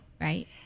right